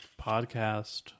podcast